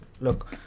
Look